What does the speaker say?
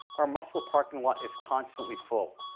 our muscle parking lot is constantly full.